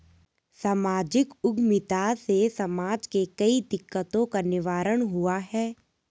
सामाजिक उद्यमिता से समाज के कई दिकक्तों का निवारण हुआ है